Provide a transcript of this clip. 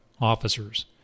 officers